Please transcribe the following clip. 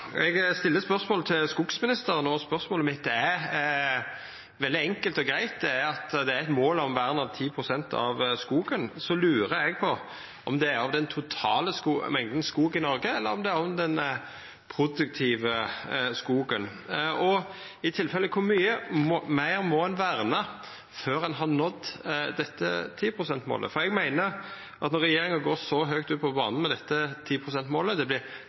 Eg stiller spørsmålet til skogsministeren, og spørsmålet mitt er veldig enkelt og greitt: Det er et mål om vern av 10 pst. av skogen, og så lurer eg på om det er av den totale mengda skog i Noreg, eller om det er den produktive skogen. I tilfelle, kor mykje meir må ein verna før ein har nådd dette 10 pst.-målet? Regjeringa har gått høgt ut på banen med dette 10 pst.-målet – det